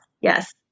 yes